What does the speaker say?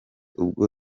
ubwo